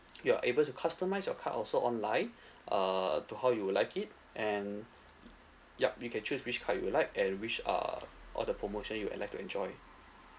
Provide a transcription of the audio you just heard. you're able to customise your card also online uh to how you would like it and yup you can choose which card you would like and which are all the promotion you would like to enjoy